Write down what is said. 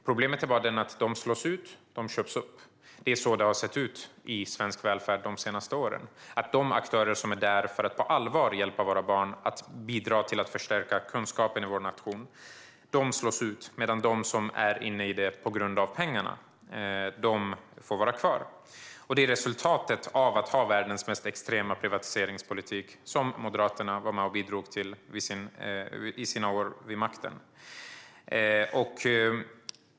Problemet är bara att de slås ut och köps upp. Det är så det har sett ut i svensk välfärd de senaste åren. De aktörer som är där för att på allvar hjälpa våra barn och bidra till att förstärka kunskapen i vår nation slås ut medan de som är inne i systemet på grund av pengarna får vara kvar. Detta är resultatet av världens mest extrema privatiseringspolitik, som Moderaterna var med och bidrog till under sina år vid makten.